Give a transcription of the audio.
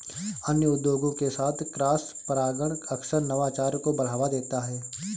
अन्य उद्योगों के साथ क्रॉसपरागण अक्सर नवाचार को बढ़ावा देता है